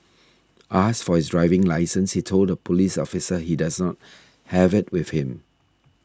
asked for his driving licence he told the police officer he dose not have it with him